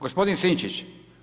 Gospodin Sinčić.